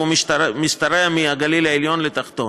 והוא משתרע מהגליל העליון לתחתון.